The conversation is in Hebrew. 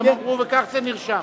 וכך זה נרשם.